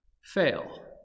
fail